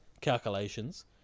calculations